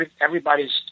everybody's